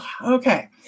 Okay